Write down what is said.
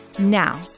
Now